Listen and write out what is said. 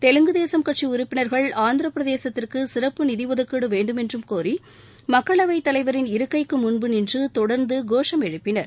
தெலுங்கு தேசம் கட்சி உறுப்பினர்கள் ஆந்திரப்பிரதேசத்திற்கு சிறப்பு நிதி ஒதுக்கீடு வேண்டும் என்றும் கோரி மக்களவைத் தலைவரின் இருக்கைக்கு முன்பு நின்று தொடர்ந்து கோஷம் எழுப்பினர்